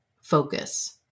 focus